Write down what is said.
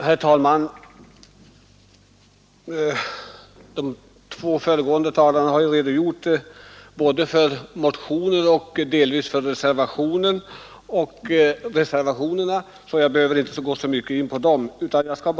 Herr talman! De båda föregående talarna har redogjort både för motionerna och för reservationerna, så jag behöver inte gå djupare in på dem.